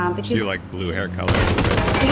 um but yeah yeah like blue hair color, red hair?